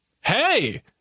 hey